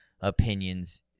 opinions